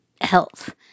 health